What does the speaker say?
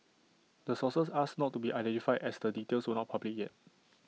the sources asked not to be identified as the details were not public yet